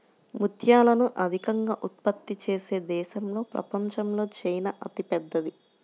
ముత్యాలను అత్యధికంగా ఉత్పత్తి చేసే దేశంగా ప్రపంచంలో చైనా అతిపెద్దది